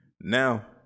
Now